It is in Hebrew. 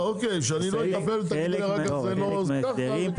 זה חלק מההסדרים,